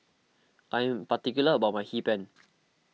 I am particular about my Hee Pan